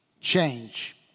Change